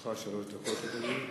לרשותך שלוש דקות,